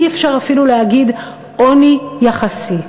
אי-אפשר אפילו להגיד עוני יחסי,